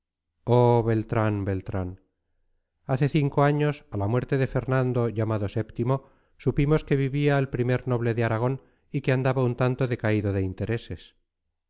beltrán beltrán hace cinco años a la muerte de fernando llamado vii supimos que vivía el primer noble de aragón y que andaba un tanto decaído de intereses